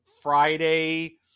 Friday